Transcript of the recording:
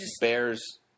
Bears